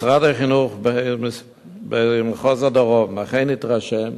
משרד החינוך במחוז הדרום אכן התרשם